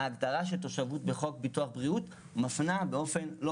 ההגדרה של תושבות בחוק ביטוח בריאות מפנה באופן לא